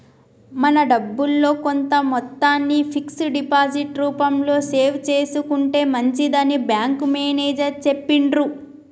మన డబ్బుల్లో కొంత మొత్తాన్ని ఫిక్స్డ్ డిపాజిట్ రూపంలో సేవ్ చేసుకుంటే మంచిదని బ్యాంకు మేనేజరు చెప్పిర్రు